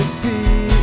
see